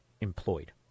employed